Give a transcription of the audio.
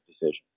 decision